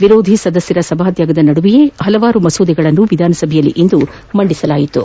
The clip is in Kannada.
ವಿರೋಧಿ ಸದಸ್ಥರ ಸಭಾತ್ಯಾಗದ ನಡುವೆಯೇ ಪಲವಾರು ಮಸೂದೆಗಳನ್ನು ವಿಧಾನಸಭೆಯಲ್ಲಿ ಇಂದು ಮಂಡಿಸಲಾಯಿತು